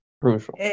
crucial